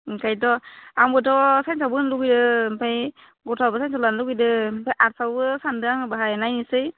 ओंखायनोथ' आंबोथ' साइन्साव होनो लुगैदों ओमफ्राय गथ'आबो साइन्साव लानो लुगैदों ओमफ्राय आर्टसावबो सानदों आङो बाहाय नायनोसै